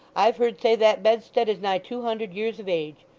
i've heard say that bedstead is nigh two hundred years of age.